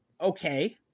okay